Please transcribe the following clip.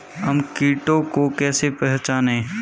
हम कीटों को कैसे पहचाने?